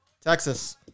Texas